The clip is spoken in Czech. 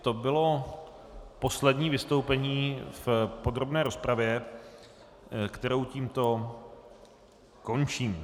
To bylo poslední vystoupení v podrobné rozpravě, kterou tímto končím.